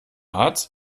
hat